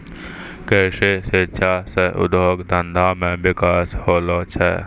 कृषि शिक्षा से उद्योग धंधा मे बिकास होलो छै